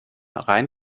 rein